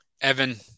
Evan